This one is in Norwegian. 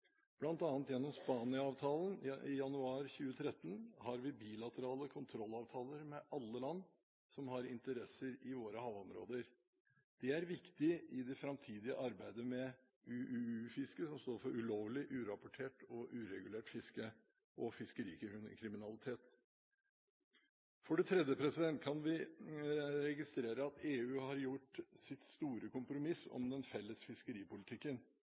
i januar 2013 har vi bilaterale kontrollavtaler med alle land som har interesser i våre havområder. Det er viktig i det framtidige arbeidet med UUU-fisket – som står for ulovlig, urapportert og uregulert fiske – og fiskerikriminalitet. For det tredje kan vi registrere at EU har inngått sitt store kompromiss om den felles fiskeripolitikken.